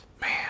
man